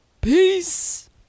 peace